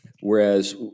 Whereas